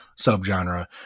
subgenre